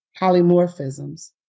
polymorphisms